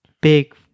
big